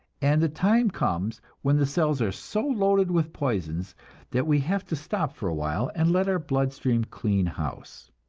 and the time comes when the cells are so loaded with poisons that we have to stop for a while, and let our blood-stream clean house.